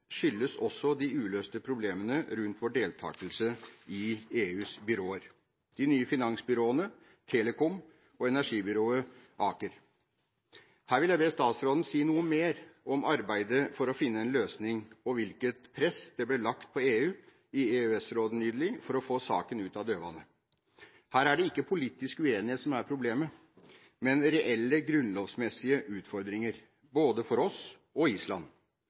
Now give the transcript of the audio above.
skyldes også de uløste problemene rundt vår deltakelse i EUs byråer – de nye finansbyråene, telekom og energibyrået ACER. Her vil jeg be statsråden si noe mer om arbeidet for å finne en løsning, og om hvilket press det ble lagt på EU i EØS-rådet nylig for å få saken ut av dødvanne. Her er det ikke politisk uenighet som er problemet, men reelle grunnlovsmessige utfordringer for både oss og Island